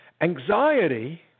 Anxiety